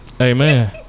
Amen